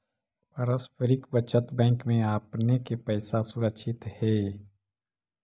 पारस्परिक बचत बैंक में आपने के पैसा सुरक्षित हेअ